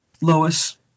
Lois